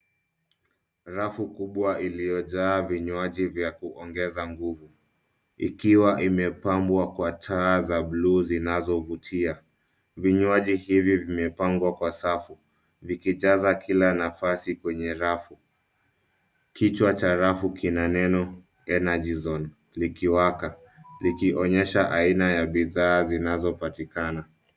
Rafu kubwa iliyojaa vinywaji vya kuongeza nguvu ikiwa imepambwa kwa taa za blue zinazovutia. Vinywaji hivi vimepangwa kwa safu vikijaza kila nafasi kwenye rafu. Kichwa cha rafu kina neno energy zone likiwaka likionyesha aina ya bidhaa zinazopatikana.